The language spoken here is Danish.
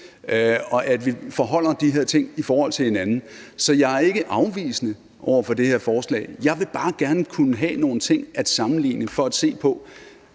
og at vi holder de her ting op imod hinanden, så jeg er ikke afvisende over for det her forslag, men jeg vil bare gerne kunne have nogle ting at sammenligne med for at se på